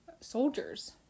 soldiers